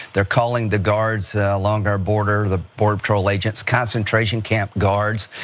they're calling the guards along our border, the border patrol agents concentration camp guards.